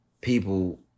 people